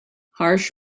harsh